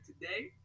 today